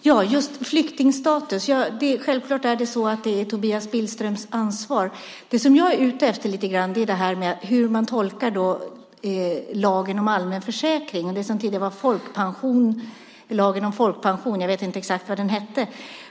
Herr talman! Flyktingstatus är självklart Tobias Billströms ansvar. Det som jag är ute efter lite grann är hur man tolkar lagen om allmän försäkring, det som tidigare var lagen om folkpension - jag vet inte exakt vad den hette.